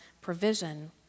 provision